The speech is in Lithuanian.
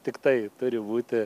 tiktai turi būti